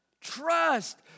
Trust